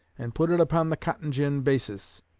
and put it upon the cotton-gin basis.